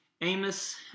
Amos